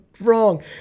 wrong